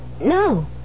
No